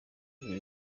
gihe